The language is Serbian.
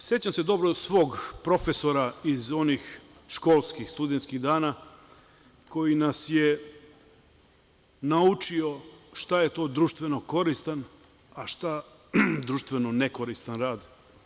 Sećam se dobro svog profesora iz onih školskih studentskih dana, koji nas je naučio šta je to društveno koristan, a šta društveno nekoristan rad.